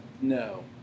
No